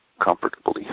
comfortably